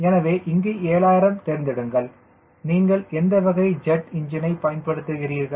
எனவே இங்கே 7000 தேர்ந்தெடுங்கள் நீங்கள் எந்த வகை ஜட் இஞ்சினைப் பயன்படுத்துகிறீர்கள்